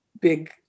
big